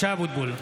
(קורא בשמות חברי הכנסת) משה אבוטבול,